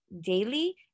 daily